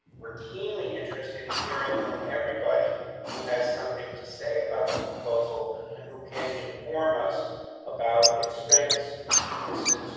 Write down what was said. we're keenly interested in hearing from everybody who has something to say about the proposal and who can inform us about its strengths its weaknesses